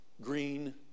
green